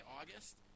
August